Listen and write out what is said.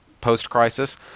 post-crisis